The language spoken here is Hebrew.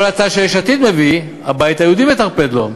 כל הצעה שיש עתיד מביאה, הבית היהודי מטרפדת לה,